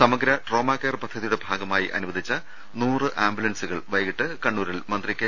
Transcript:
സമഗ്ര ട്രോമാകെയർ പദ്ധതിയുടെ ഭാഗമായി അനുവദിച്ച നൂറ് ആംബുലൻസുകൾ വൈകീട്ട് കണ്ണൂരിൽ മന്ത്രി കെ